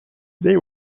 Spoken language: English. they